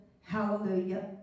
hallelujah